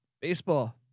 baseball